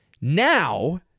Now